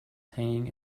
hanging